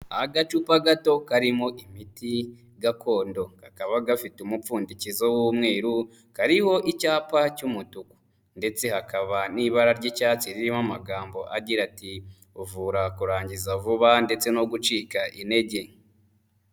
Agacupa gato karimo imiti gakondo. Kakaba gafite umupfundikizo w'umweru, kariho icyapa cy'umutuku. Ndetse hakaba n'ibara ry'icyatsi ririmo amagambo agira ati: "Uvura kurangiza vuba ndetse no gucika intege."